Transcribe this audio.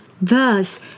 Thus